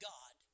God